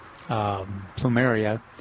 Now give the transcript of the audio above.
plumeria